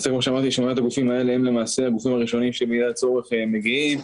רשימת הגופים האלה הם למעשה הגופים הראשונים שבמידת הצורך מגיעים,